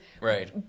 Right